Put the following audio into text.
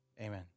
amen